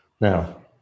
Now